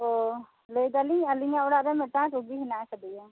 ᱚᱻ ᱞᱟᱹᱭ ᱮᱫᱟᱞᱤᱧ ᱟᱹᱞᱤᱧᱟᱜ ᱚᱲᱟᱜ ᱨᱮ ᱢᱤᱫᱴᱟᱱ ᱨᱩᱜᱤ ᱦᱮᱱᱟᱜ ᱟᱠᱟᱫᱮᱭᱟ